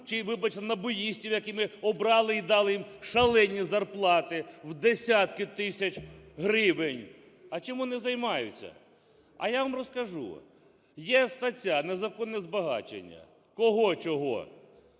чи, вибачте, "набуїстів", яких ми обрали і дали їм шалені зарплати в десятки тисяч гривень. А чим вони займаються? А я вам розкажу. Є стаття "Незаконне збагачення". Кого, чого,